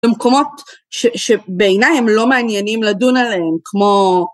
למקומות שבעיניי הם לא מעניינים לדון עליהם כמו